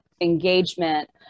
engagement